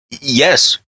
Yes